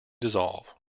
dissolve